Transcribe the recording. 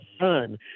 son